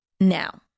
now